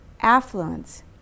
affluence